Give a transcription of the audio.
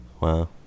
Wow